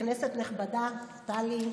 כנסת נכבדה, טלי,